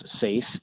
safe